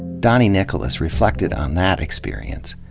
doni nicholas reflected on that experience.